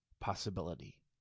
possibility